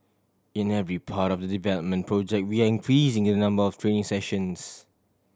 in every part of the development project we are increasing the number of training sessions